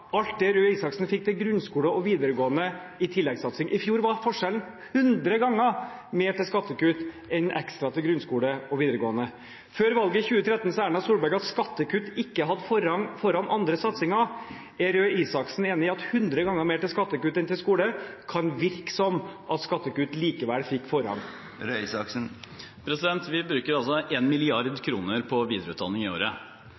det Røe Isaksen fikk til grunnskole og videregående i tilleggssatsing. I fjor gikk 100 ganger mer til skattekutt enn ekstra til grunnskole og videregående. Før valget i 2013 sa Erna Solberg at skattekutt ikke hadde forrang foran andre satsinger. Er Røe Isaksen enig i at med 100 ganger mer til skattekutt enn til skole kan det virke som om skattekutt likevel fikk forrang? Vi bruker 1 mrd. kr på videreutdanning i året.